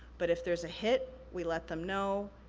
but if there's a hit, we let them know,